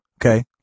Okay